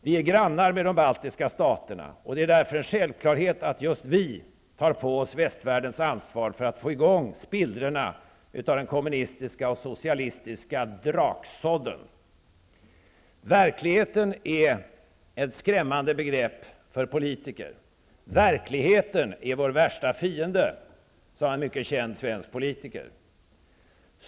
Vi är grannar med de baltiska staterna, och därför är det en självklarhet att just vi tar på oss västvärldens ansvar för att få i gång spillrorna av den kommunistiska och socialistiska draksådden. Verkligheten är ett skrämmande begrepp för politiker. ''Verkligheten är vår värsta fiende'', sade en mycket känd svensk politiker.